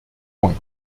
point